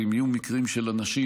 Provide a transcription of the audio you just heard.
ואם יהיו מקרים של אנשים,